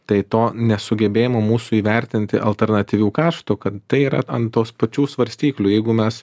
tai to nesugebėjimo mūsų įvertinti alternatyvių kaštų kad tai yra ant tos pačių svarstyklių jeigu mes